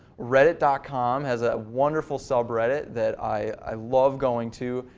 reddit dot com has a wonderful subreddit that i love going to.